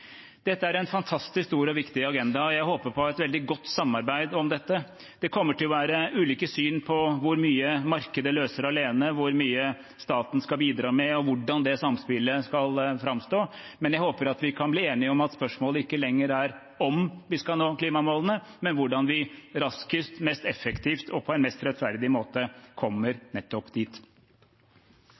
Dette er en fantastisk stor og viktig agenda, og jeg håper på et veldig godt samarbeid om dette. Det kommer til å være ulike syn på hvor mye markedet løser alene, hvor mye staten skal bidra med, og hvordan det samspillet skal framstå, men jeg håper vi kan bli enige om at spørsmålet ikke lenger er om vi skal nå klimamålene, men hvordan vi raskest, mest effektivt og på en mest rettferdig måte kommer nettopp dit.